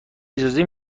اجازه